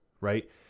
right